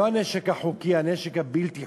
לא הנשק החוקי, הנשק הבלתי-חוקי.